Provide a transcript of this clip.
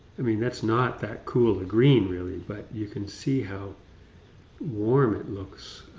i mean that's not that cool the green really, but you can see how warm it looks,